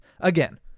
Again